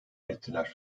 ettiler